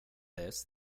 this